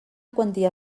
quantia